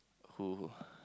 who